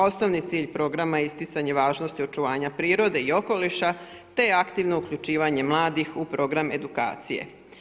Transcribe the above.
Osnovni cilj programa je isticanje važnosti očuvanja prirode i okoliša, te aktivno uključivanje mladih u program edukacije.